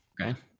Okay